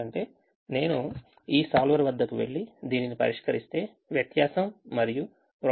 ఎందుకంటే నేను ఈ solver వద్దకు వెళ్లి దీనిని పరిష్కరిస్తే వ్యత్యాసం మరియు products కూడా ఇప్పుడు మారిపోయాయి